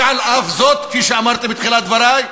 ועל אף זאת, כפי שאמרתי בתחילת דברי,